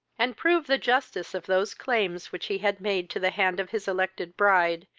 and prove the justice of those claims which he had made to the hand of his elected bride,